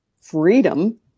freedom